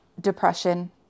depression